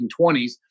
1920s